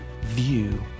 view